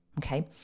Okay